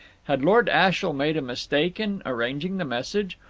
had lord ashiel made a mistake in arranging the message?